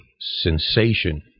sensation